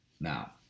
Now